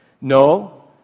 No